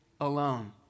alone